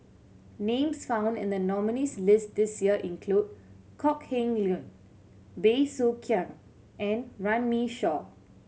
names found in the nominees' list this year include Kok Heng Leun Bey Soo Khiang and Runme Shaw